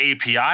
API